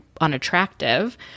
unattractive